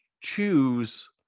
choose